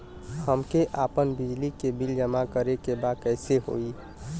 हमके आपन बिजली के बिल जमा करे के बा कैसे होई?